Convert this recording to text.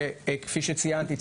שכפי שציינתי,